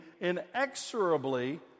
inexorably